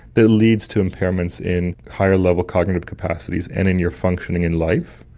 that leads to impairments in higher level cognitive capacities and in your functioning in life?